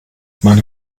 meine